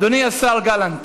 אדוני השר גלנט,